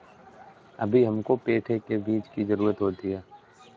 अभी हमको पेठे के बीज की जरूरत होगी